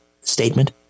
statement